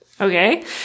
Okay